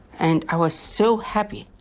and i was so happy,